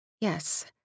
Yes